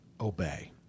obey